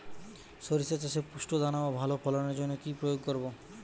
শরিষা চাষে পুষ্ট দানা ও ভালো ফলনের জন্য কি প্রয়োগ করব?